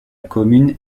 commune